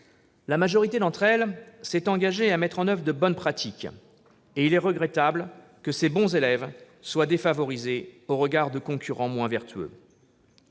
La majorité d'entre elles s'est engagée à instaurer de bonnes pratiques, et il est regrettable que ces bons élèves soient défavorisés au regard de concurrents moins vertueux.